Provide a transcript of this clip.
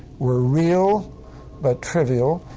were real but trivial.